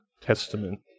Testament